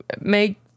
make